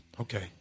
Okay